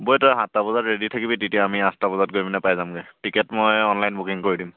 বই তই সাতটা বজাত ৰেডী থাকিবি তেতিয়া আমি আঠটা বজাত গৈ পিনি পাই যামগৈ টিকেট মই অনলাইনত বুকিং কৰি দিম